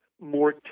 more